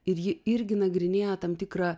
ir ji irgi nagrinėja tam tikra